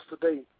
today